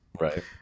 Right